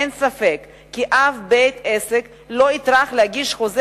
אין ספק ששום בית-עסק לא יטרח להגיש חוזה